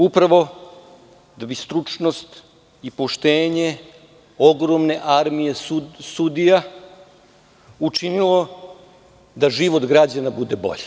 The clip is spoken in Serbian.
Upravo, da bi stručnost i poštenje ogromne armije sudija učinilo da život građana bude bolji.